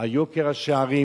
יוקר השערים,